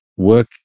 Work